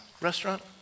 restaurant